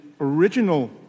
original